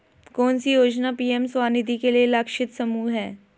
कौन सी योजना पी.एम स्वानिधि के लिए लक्षित समूह है?